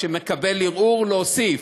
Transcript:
שמקבל ערעור להוסיף.